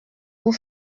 vous